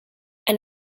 and